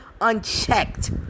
unchecked